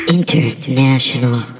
International